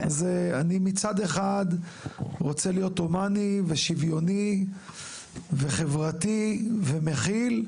אני מצד אחד רוצה להיות הומאני ושיווני וחברתי ומכיל,